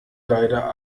leider